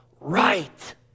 right